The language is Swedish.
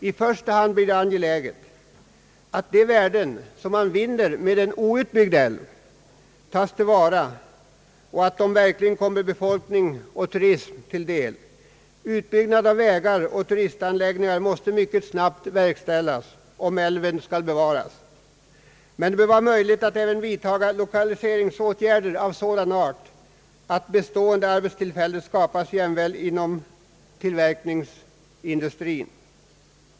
I första hand är det angeläget att de vär den, som man vinner med en outbyggd älv, tas till vara och verkligen kommer befolkning och turism till del. Utbyggnad av vägar och turistanläggningar måste mycket snabbt verkställas om älven skall bevaras, Men det bör också vara möjligt att vidtaga lokaliseringsåtgärder av sådan art att bestående arbetstillfällen skapas jämväl inom tillverkningsindustrin.